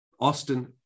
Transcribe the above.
Austin